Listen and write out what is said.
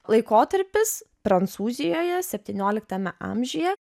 laikotarpis prancūzijoje septynioliktame amžiuje